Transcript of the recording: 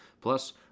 Plus